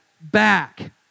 back